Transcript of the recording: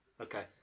Okay